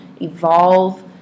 evolve